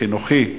חינוכי,